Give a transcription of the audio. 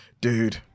Dude